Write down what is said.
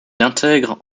intègre